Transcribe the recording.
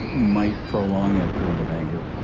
might prolong that period of anger